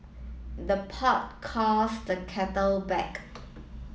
the pot calls the kettle black